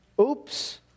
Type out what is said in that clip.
Oops